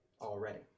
already